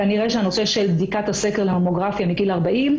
כנראה שהנושא של בדיקת הסקר לממוגרפיה בגיל 40,